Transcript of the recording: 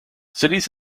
cities